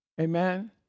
Amen